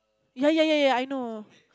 ya ya ya ya I know